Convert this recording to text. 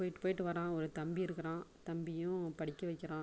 போய்விட்டுப் போய்விட்டு வர்றான் ஒரு தம்பி இருக்குறான் தம்பியும் படிக்க வைக்கிறான்